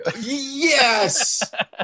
Yes